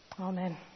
Amen